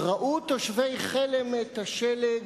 ראו תושבי חלם את השלג,